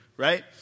Right